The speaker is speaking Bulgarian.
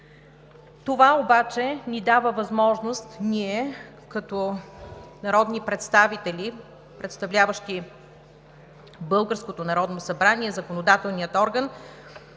Това обаче ни дава възможност ние като народни представители, представляващи българското Народно събрание, законодателния орган,